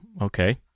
okay